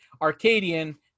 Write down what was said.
Arcadian